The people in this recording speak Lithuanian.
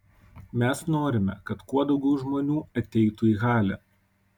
mes norime kad kuo daugiau žmonių ateitų į halę